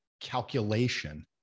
calculation